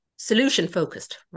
Solution-focused